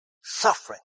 Suffering